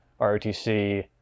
ROTC